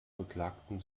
beklagten